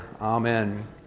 Amen